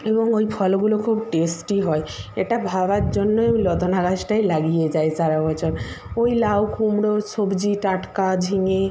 এবং ওই ফলগুলো খুব টেস্টি হয় এটা ভাবার জন্যই ওই লতানো গাছটাই লাগিয়ে যাই সারাবছর ওই লাউ কুমড়ো সবজি টাটকা ঝিঙে